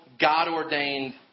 God-ordained